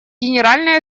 генеральной